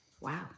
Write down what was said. wow